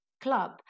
club